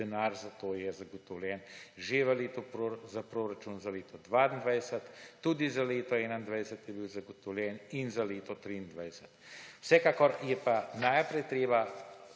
denar za to je zagotovljen v proračunu za leto 2022, tudi za leto 2021 je bil zagotovljen in za leto 2023. Vsekakor je pa najprej treba